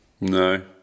No